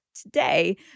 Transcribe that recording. today